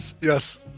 Yes